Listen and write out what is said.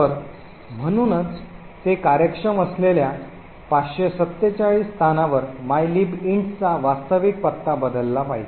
तर म्हणूनच ते कार्यक्षम असलेल्या 547 स्थानावर mylib int चा वास्तविक पत्ता बदलला पाहिजे